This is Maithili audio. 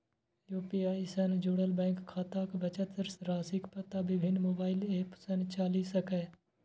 यू.पी.आई सं जुड़ल बैंक खाताक बचत राशिक पता विभिन्न मोबाइल एप सं चलि सकैए